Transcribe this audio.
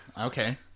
Okay